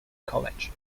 college